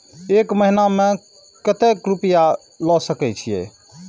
एक महीना में केते रूपया ले सके छिए?